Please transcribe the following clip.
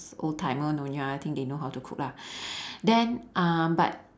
old timer nyonya I think they know how to cook lah then uh but